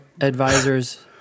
advisors